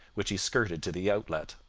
which he skirted to the outlet.